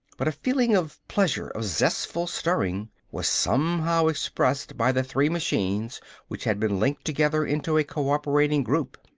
but a feeling of pleasure, of zestful stirring, was somehow expressed by the three machines which had been linked together into a cooperating group.